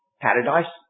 paradise